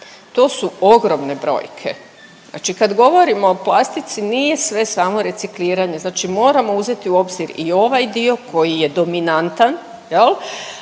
to su ogromne brojke. Znači kad govorimo o plastici, nije sve samo recikliranje, znači moramo uzeti u obzir i ovaj dio koji je dominantan, je